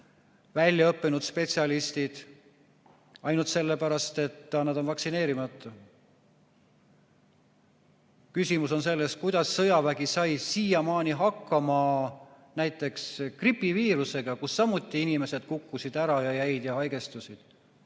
väljaõppinud spetsialistid, ainult sellepärast, et nad on vaktsineerimata. Küsimus on selles, kuidas Kaitsevägi sai siiamaani hakkama näiteks gripiviirusega, kus samuti inimesed kukkusid ära ja jäid ja haigestusid.